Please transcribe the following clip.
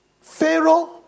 Pharaoh